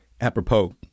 apropos